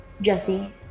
Jesse